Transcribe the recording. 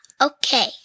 Okay